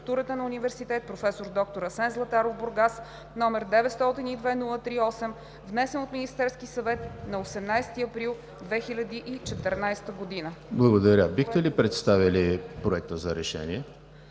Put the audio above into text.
Благодаря. Бихте ли представили Проекта за решение?